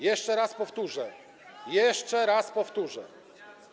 Jeszcze raz powtórzę, jeszcze raz powtórzę.